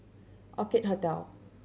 Orchid Hotel